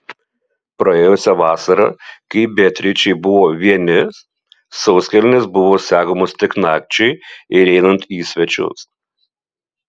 praėjusią vasarą kai beatričei buvo vieni sauskelnės buvo segamos tik nakčiai ir einant į svečius